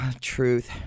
Truth